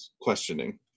questioning